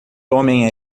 homem